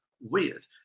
weird